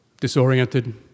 disoriented